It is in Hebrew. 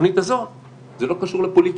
בתוכנית הזו זה לא קשור לפוליטיקה,